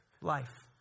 Life